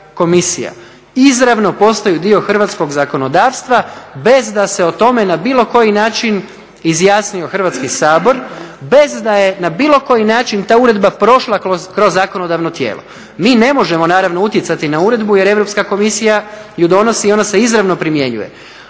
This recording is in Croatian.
izravno postaju dio hrvatskog zakonodavstva bez da se o tome na bilo koji način izjasnio Hrvatski sabor, bez da je na bilo koji način ta uredba prošla kroz zakonodavno tijelo. Mi ne možemo naravno utjecati na uredbu jer Europska komisija ju donosi i ona se izravno primjenjuje.